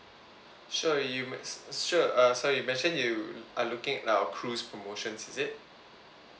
sure you may sure uh sorry mentioned you are looking our cruise promotions is it